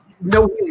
no